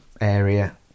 area